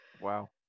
Wow